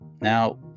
Now